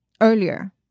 earlier